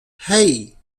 hey